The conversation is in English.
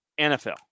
NFL